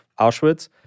Auschwitz